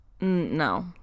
No